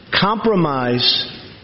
compromise